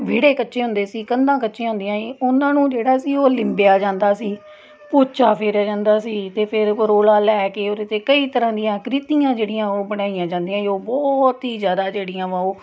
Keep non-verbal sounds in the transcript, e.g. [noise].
ਵਿਹੜੇ ਕੱਚੇ ਹੁੰਦੇ ਸੀ ਕੰਧਾਂ ਕੱਚੀਆਂ ਹੁੰਦੀਆਂ ਸੀ ਉਹਨਾਂ ਨੂੰ ਜਿਹੜਾ ਸੀ ਉਹ ਲਿੰਬਿਆ ਜਾਂਦਾ ਸੀ ਪੋਚਾ ਫੇਰਿਆ ਜਾਂਦਾ ਸੀ ਅਤੇ ਫਿਰ [unintelligible] ਲੈ ਕੇ ਉਹਦੇ 'ਤੇ ਕਈ ਤਰ੍ਹਾਂ ਦੀਆਂ ਕਰੀਤੀਆਂ ਜਿਹੜੀਆਂ ਉਹ ਬਣਾਈਆਂ ਜਾਂਦੀਆਂ ਉਹ ਬਹੁਤ ਹੀ ਜ਼ਿਆਦਾ ਜਿਹੜੀਆਂ ਵਾ ਉਹ